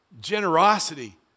generosity